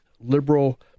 liberal